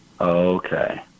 Okay